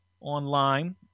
online